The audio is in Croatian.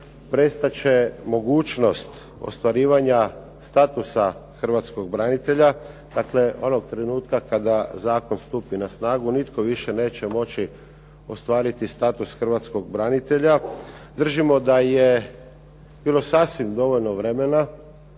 prestat će mogućnost ostvarivanja statusa Hrvatskog branitelja. Dakle, onog trenutka kada zakon stupi na snagu nitko više neće moći ostvariti status Hrvatskog branitelja. Držimo da je bilo sasvim dovoljno vremena.